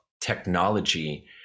technology